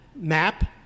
map